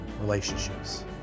relationships